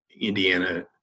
Indiana